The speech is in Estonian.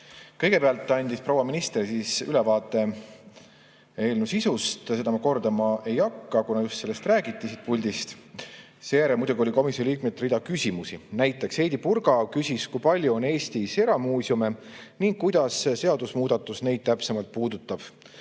Kõigepealt andis proua minister ülevaate eelnõu sisust, seda ma kordama ei hakka, kuna sellest just räägiti siit puldist. Seejärel muidugi oli komisjoni liikmetel rida küsimusi. Näiteks Heidy Purga küsis, kui palju on Eestis eramuuseume ning kuidas see seadusemuudatus neid täpsemalt puudutab.